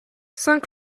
saint